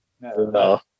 no